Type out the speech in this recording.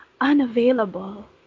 unavailable